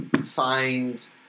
find